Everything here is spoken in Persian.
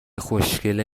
خوشکله